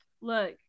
Look